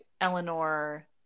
eleanor